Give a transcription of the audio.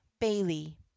Bailey